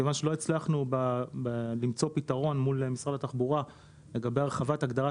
מכיוון שלא הצלחנו למצוא פתרון מול משרד התחבורה לגבי הרחבת הגדרת